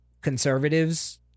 conservatives